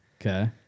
Okay